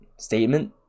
statement